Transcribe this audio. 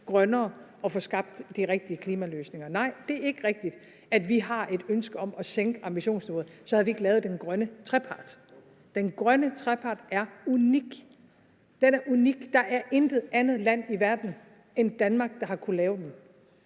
grønnere og få skabt de rigtige klimaløsninger. Nej, det er ikke rigtigt, at vi har et ønske om at sænke ambitionsniveauet, for så havde vi ikke lavet den grønne trepart. Den grønne trepart er unik. Den er unik. Der er intet andet land i verden end Danmark, der har kunnet lave den.